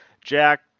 Jack